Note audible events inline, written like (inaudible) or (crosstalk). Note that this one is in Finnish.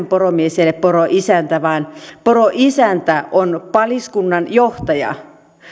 (unintelligible) poromies ei ole poroisäntä vaan poroisäntä on paliskunnan johtaja